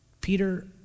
Peter